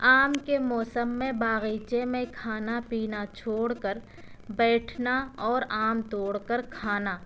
آم کے موسم میں باغیچے میں کھانا پینا چھوڑ کر بیٹھنا اور آم توڑ کر کھانا